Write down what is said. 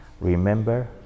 Remember